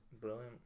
Brilliant